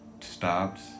stops